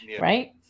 right